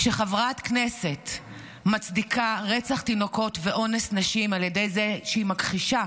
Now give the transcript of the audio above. כשחברת כנסת מצדיקה רצח תינוקות ואונס נשים על ידי זה שהיא מכחישה